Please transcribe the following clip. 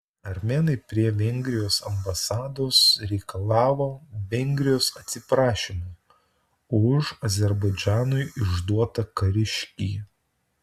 armėnai prie vengrijos ambasados reikalavo vengrijos atsiprašymo už azerbaidžanui išduotą kariškį